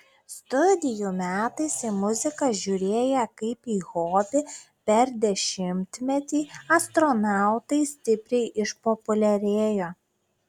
studijų metais į muziką žiūrėję kaip į hobį per dešimtmetį astronautai stipriai išpopuliarėjo